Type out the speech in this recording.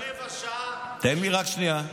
תן לי רק שנייה.